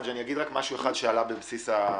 אומר משהו אחד שעלה בבסיס.